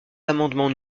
l’amendement